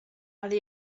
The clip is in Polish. ale